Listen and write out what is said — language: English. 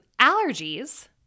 Allergies